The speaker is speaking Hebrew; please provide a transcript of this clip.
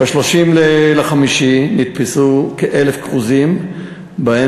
ב-30 במאי נתפסו כ-1,000 כרוזים ובהם